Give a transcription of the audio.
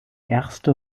erste